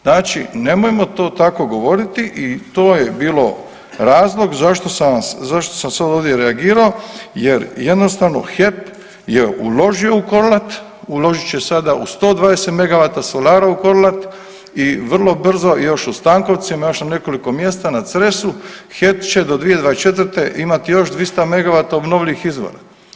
Znači, nemojmo to tako govoriti i to je bio razlog zašto sam sad ovdje reagirao jer jednostavno HEP je uložio u Korlat, uložit će sada u 120 megavata solara u Korlat i vrlo brzo još u Stankovcima, još na nekoliko mjesta na Cresu HEP će do 2024. imati još 200 MW obnovljivih izvora.